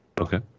Okay